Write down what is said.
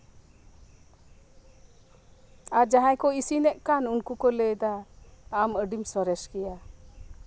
ᱟᱨ ᱡᱟᱸᱦᱟᱭ ᱠᱚ ᱤᱥᱤᱱᱮᱫ ᱠᱟᱱ ᱩᱱᱠᱩ ᱠᱚ ᱞᱟᱹᱭᱮᱫᱟ ᱟᱢ ᱟᱹᱰᱤᱢ ᱥᱚᱨᱮᱥ ᱜᱮᱭᱟ